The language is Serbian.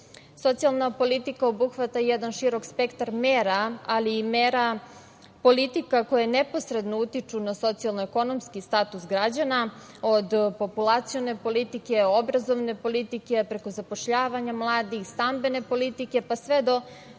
Socijalna politika obuhvata jedan širok spektar mera, ali i mera politika koje neposredno utiču na socijalno-ekonomski status građana, od populacione politike, obrazovne politike, preko zapošljavanja mladih, stambene politike, pa sve do